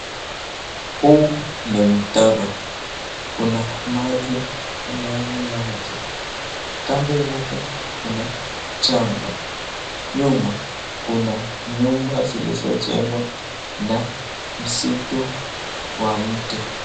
Huu ni mtaro kuna maji ndani yake kando yake kuna mchanga, nyuma kuna nyumba zilizojengwa na msitu wa miti.